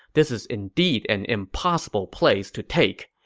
this is indeed an impossible place to take.